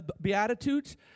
Beatitudes